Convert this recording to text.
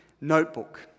notebook